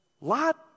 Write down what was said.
Lot